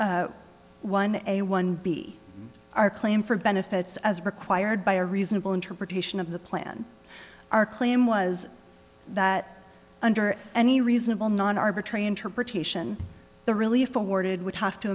zero one a one b our claim for benefits as required by a reasonable interpretation of the plan our claim was that under any reasonable non arbitrary interpretation the relief awarded would have to